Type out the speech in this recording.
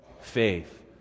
faith